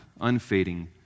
unfading